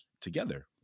together